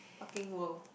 fucking world